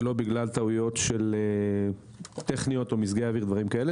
או טעויות טכניות או מזגי אוויר וכאלה,